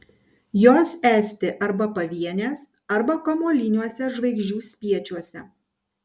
jos esti arba pavienės arba kamuoliniuose žvaigždžių spiečiuose